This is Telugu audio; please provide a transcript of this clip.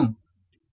కాబట్టి 0